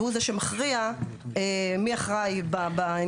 והוא זה שמכריע מי אחראי בעניין הזה.